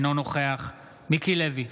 אינו נוכח מיקי לוי,